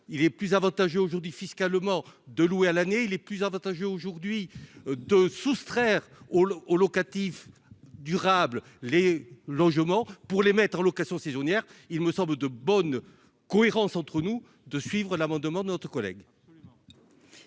il est plus avantageux aujourd'hui fiscalement de louer à l'année, il est plus avantageux aujourd'hui de soustraire au au locatif durable, les logements pour les mettre en location saisonnière, il me semble de bonne cohérence entre nous de suivre l'amendement de notre collègue.